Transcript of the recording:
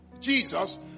Jesus